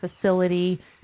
facility